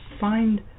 find